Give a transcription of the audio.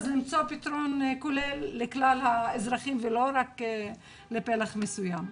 למצוא פתרון כולל לכלל האזרחים ולא רק לפלח מסוים.